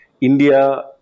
India